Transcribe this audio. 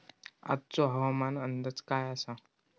आजचो हवामान अंदाज काय आसा?